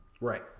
Right